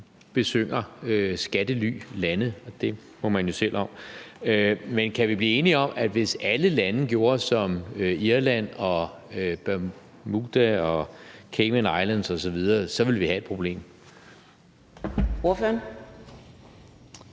besynger skattelylande, og det må man jo selv om, men kan vi blive enige om, at hvis alle lande gjorde som Irland, Bermuda, Cayman Islands osv., så ville vi have et problem?